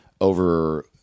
over